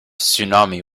tsunami